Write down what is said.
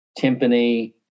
timpani